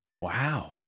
Wow